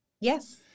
Yes